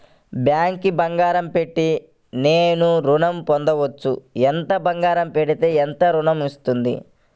బ్యాంక్లో బంగారం పెట్టి నేను ఋణం పొందవచ్చా? ఎంత బంగారం పెడితే ఎంత ఋణం వస్తుంది?